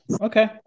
Okay